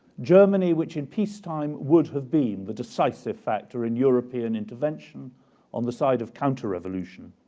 germany, which in peacetime would have been the decisive factor in european intervention on the side of counter-revolution,